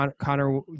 Connor